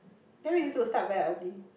then we need to start very early